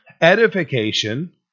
edification